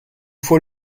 fois